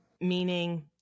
meaning